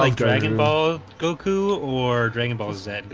like dragonball goku or dragon ball z